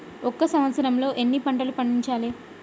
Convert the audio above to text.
ఒక సంవత్సరంలో ఎన్ని పంటలు పండించాలే?